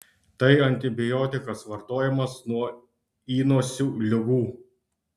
tai antibiotikas vartojamas nuo įnosių ligų